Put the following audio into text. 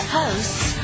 hosts